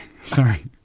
sorry